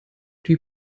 die